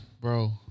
Bro